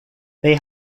they